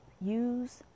use